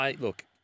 Look